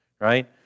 right